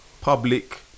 public